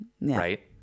right